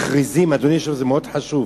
שמכריזים על השטח אדוני היושב-ראש, זה מאוד חשוב,